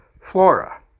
Flora